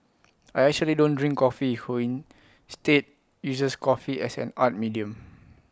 I actually don't drink coffee who instead uses coffee as an art medium